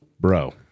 Bro